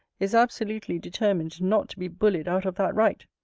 is absolutely determined not to be bullied out of that right.